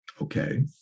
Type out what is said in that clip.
Okay